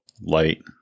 light